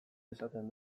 esaten